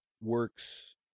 works